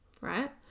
right